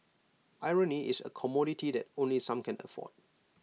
irony is A commodity that only some can afford